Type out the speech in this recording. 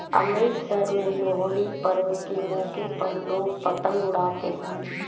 अमृतसर में लोहड़ी पर्व के मौके पर लोग पतंग उड़ाते है